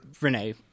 Renee